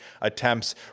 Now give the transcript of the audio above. attempts